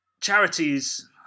charities